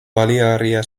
baliagarria